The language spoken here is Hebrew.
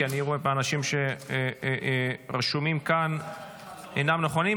כי אני רואה פה אנשים שרשומים כאן ואינם נוכחים.